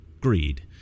greed